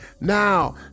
Now